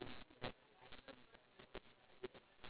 ya lor exactly like different products different people